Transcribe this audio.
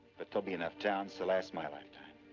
but there'll be enough towns to last my lifetime.